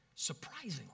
Surprisingly